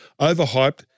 Overhyped